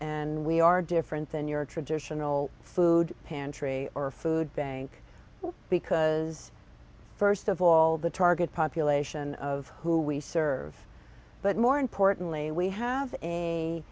and we are different than your traditional food pantry or a food bank because first of all the target population of who we serve but more importantly we have a